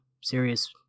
serious